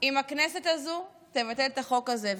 אם הכנסת הזו תבטל את החוק הזה.